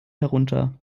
herunter